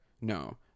no